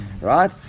right